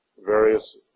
various